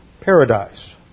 paradise